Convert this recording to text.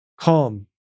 calm